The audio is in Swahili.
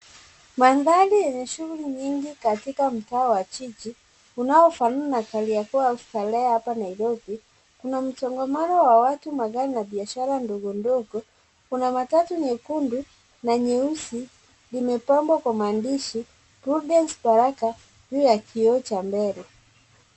Mandhari yenye shughuli nyingi katika mtaa wa jiji unaofanana Kariokor au Starehe hapa Nairobi kuna msongamano wa watu, magari na bishara ndogondogo. Kuna matatu nyekundu na nyeusi limepambwa kwa maandishi Prudence Baraka juu ya kioo cha mbele.